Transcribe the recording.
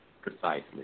precisely